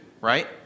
right